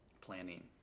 planning